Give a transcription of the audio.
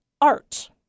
art